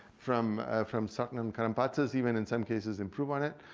from from certain and current patches even in some cases improve on it.